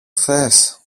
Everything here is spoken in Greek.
θες